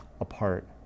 apart